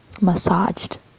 massaged